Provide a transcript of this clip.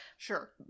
Sure